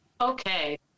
Okay